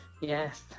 Yes